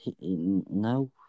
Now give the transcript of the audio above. No